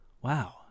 wow